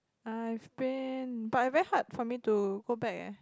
I've been but I very hard for me to go back eh